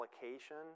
application